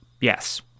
Yes